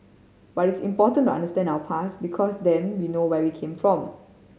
but it's important to understand our past because then we know where we came from